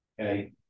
Okay